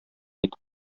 итеп